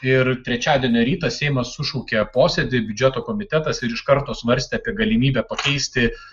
ir trečiadienio rytą seimas sušaukė posėdį biudžeto komitetas ir iš karto svarstė apie galimybę pakeisti